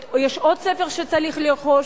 יש עוד ספר שצריך לרכוש.